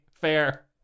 fair